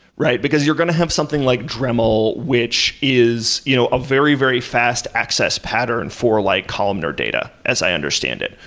because you're going to have something like dremel, which is you know a very, very fast access pattern for like columnar data, as i understand it,